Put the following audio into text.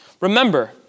Remember